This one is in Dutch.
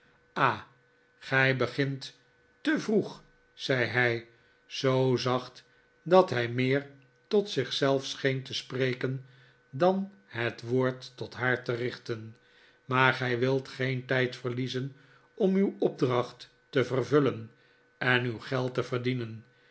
ah gij begint te v roeg zei hij zoo zacht dat hij meer tot zich zelf scheen te spreken dan het woord tot haar te richten maar gij wilt geen tijd verliezen om uw opdracht te vervullen en uw geld te verdienen